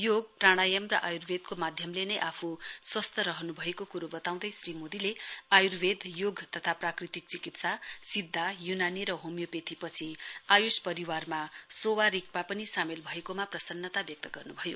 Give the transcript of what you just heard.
योग प्राणायम र आयुर्वेदको माध्यमले नै आफू स्वस्थ रहनु भएको कुरो वताउँदै श्री मोदीले आयुर्वेद योग तथा प्राकृतिक चिकित्सा सिध्दा यूनानी र होमियोपैथी पछि आयुष परिवारमा सोवा रिगपा पनि सामेल भएकोमा प्रसन्नता व्यक्त गर्नुभयो